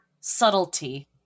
subtlety